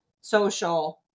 social